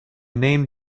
name